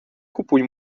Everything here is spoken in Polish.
kupuj